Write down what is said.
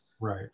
Right